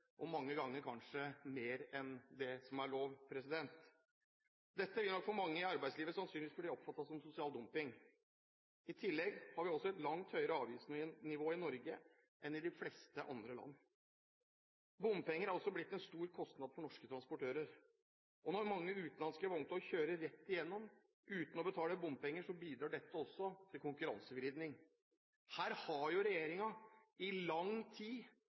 og mange ganger kanskje mer enn det som er lov. Dette vil nok for mange i arbeidslivet sannsynligvis bli oppfattet som sosial dumping. I tillegg har vi også et langt høyere avgiftsnivå i Norge enn i de fleste andre land. Bompenger er blitt en stor kostnad for norske transportører, og når mange utenlandske vogntog kjører rett igjennom uten å betale bompenger, bidrar også dette til konkurransevridning. Her har regjeringen i lang tid